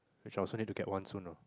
we shall soon in to get one soon ah